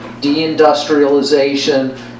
deindustrialization